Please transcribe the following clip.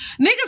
niggas